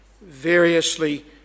variously